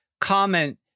comment